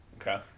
Okay